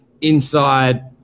inside